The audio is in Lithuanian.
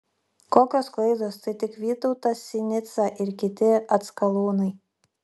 kokios klaidos tai tik vytautas sinica ir kiti atskalūnai